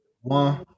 one